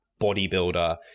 bodybuilder